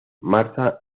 martha